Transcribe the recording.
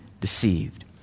deceived